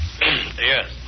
Yes